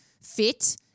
fit